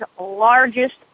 largest